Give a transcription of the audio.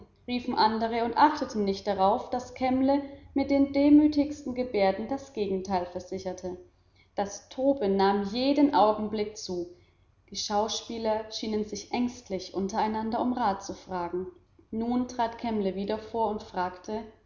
riefen andere und achteten nicht darauf daß kemble mit den demütigsten gebärden das gegenteil versicherte das toben nahm jeden augenblick zu die schauspieler schienen sich ängstlich untereinander um rat zu fragen nun trat kemble wieder vor und fragte